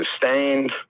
sustained